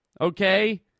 Okay